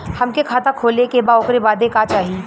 हमके खाता खोले के बा ओकरे बादे का चाही?